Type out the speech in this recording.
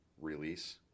release